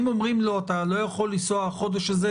אם אומרים לו: אתה לא יכול לנסוע החודש הזה,